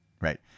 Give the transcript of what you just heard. right